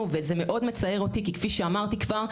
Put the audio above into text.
וזה מאוד מצער אותי כי כפי שאמרתי כבר,